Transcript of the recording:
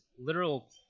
literal